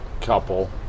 couple